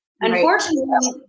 Unfortunately